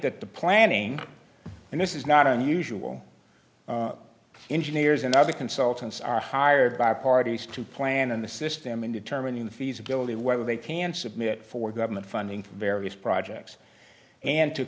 that the planning and this is not unusual engineers and other consultants are hired by parties to plan in the system in determining the feasibility whether they can submit for government funding for various projects and to